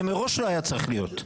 זה מראש לא היה צריך להיות.